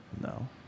No